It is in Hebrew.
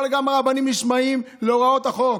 אבל גם הרבנים נשמעים להוראות החוק.